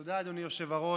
תודה, אדוני יושב-הראש.